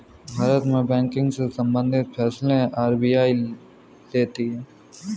भारत में बैंकिंग से सम्बंधित फैसले आर.बी.आई लेती है